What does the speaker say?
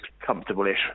comfortable-ish